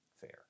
Fair